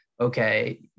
okay